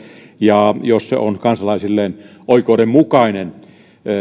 ja jos se on kansalaisilleen oikeudenmukainen